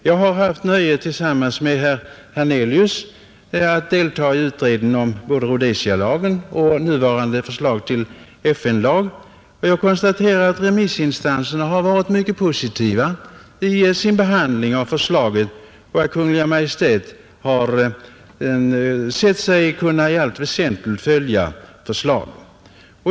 Jag har haft nöjet att tillsammans med herr Hernelius delta i utredningen om både Rhodesialagen och förslaget till FN-lag. Jag konstaterar att remissinstanserna varit mycket positiva i sin behandling av förslaget och att Kungl. Maj:t funnit sig kunna i allt väsentligt följa förslaget.